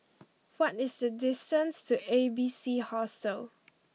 what is the distance to A B C Hostel